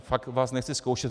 Fakt vás nechci zkoušet.